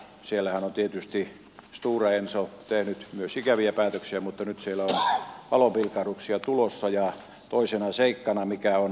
siellähän on tietysti stora enso tehnyt myös ikäviä päätöksiä mutta nyt siellä on valonpilkahduksia tulossa ja toisena seikkana mikä on